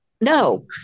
no